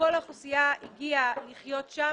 שכל האוכלוסייה הזרה הגיעה לחיות שם,